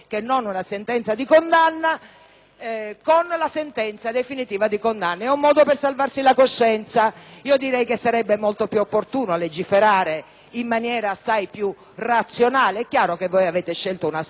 non una sentenza di definitiva di condanna: è un modo per salvarsi la coscienza. Direi che sarebbe molto più opportuno legiferare in maniera assai più razionale. E' chiaro che voi avete scelto la strada dell'articolo 23,